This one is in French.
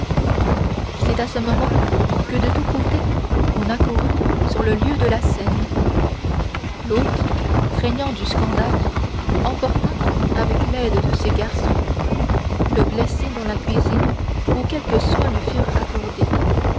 c'est à ce moment que de tous côtés on accourut sur le lieu de la scène l'hôte craignant du scandale emporta avec l'aide de ses garçons le blessé dans la cuisine où quelques soins lui furent accordés